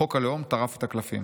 "חוק הלאום טרף את הקלפים,